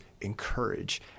encourage